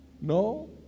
No